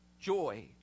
joy